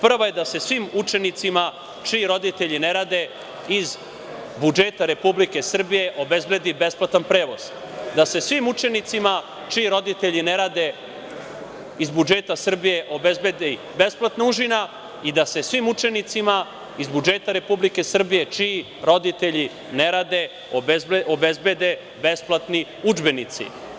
Prva je da se svim učenicima čiji roditelji ne rade iz budžeta Republike Srbije obezbedi besplatan prevoz, da se svim učenicima čiji roditelji ne rade iz budžeta Republike Srbije obezbedi besplatna užina i da se svim učenicima čiji roditelji ne rade iz budžeta Republike Srbije obezbede besplatni udžbenici.